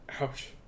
Ouch